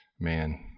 Man